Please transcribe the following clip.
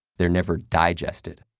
they're never digested,